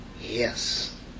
Yes